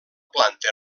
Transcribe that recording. planta